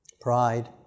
Pride